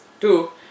two